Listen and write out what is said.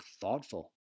thoughtful